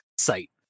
site